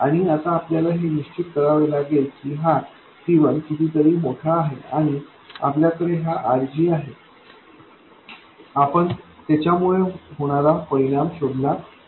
आणि आता आपल्याला हे निश्चित करावे लागेल की हा C1 कितीतरी मोठा आहे आणि आपल्याकडे हा RG आहे आपण याच्या मुळे होणारा परिणाम शोधला पाहिजे